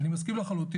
אני מסכים לחלוטין,